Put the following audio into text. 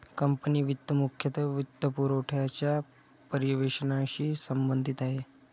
company वित्त मुख्यतः वित्तपुरवठ्याच्या पर्यवेक्षणाशी संबंधित आहे